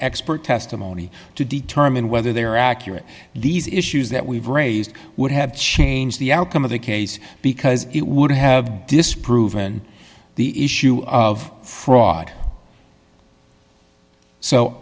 expert testimony to determine whether they're accurate these issues that we've raised would have changed the outcome of the case because it would have disproven the issue of fraud so